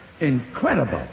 Incredible